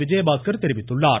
விஜயபாஸ்கர் தெரிவித்துள்ளார்